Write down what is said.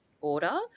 order